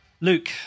Luke